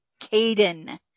Caden